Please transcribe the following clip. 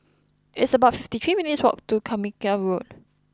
it's about fifty three minutes' walk to Carmichael Road